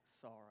sorrow